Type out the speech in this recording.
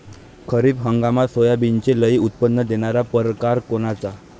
खरीप हंगामात सोयाबीनचे लई उत्पन्न देणारा परकार कोनचा?